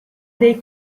dei